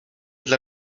dla